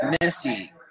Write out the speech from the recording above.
messy